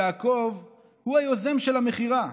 יעקב הוא היוזם של המכירה,